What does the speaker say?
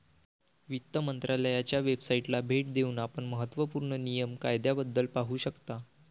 वित्त मंत्रालयाच्या वेबसाइटला भेट देऊन आपण महत्त्व पूर्ण नियम कायद्याबद्दल पाहू शकता